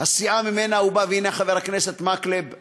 הסיעה שממנה הוא בא, הנה חבר הכנסת מקלב נכנס,